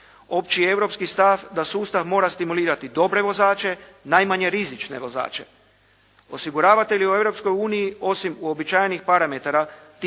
Opći europski stav da sustav mora stimulirati dobre vozače, najmanje rizične vozače. Osiguravatelji u Europskoj uniji osim uobičajenih parametara